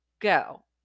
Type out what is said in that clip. Go